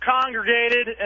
congregated